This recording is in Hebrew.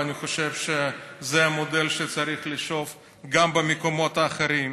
ואני חושב שזה המודל שצריך לשאוף אליו גם במקומות האחרים.